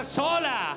sola